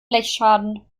blechschaden